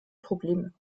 probleme